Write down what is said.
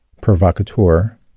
provocateur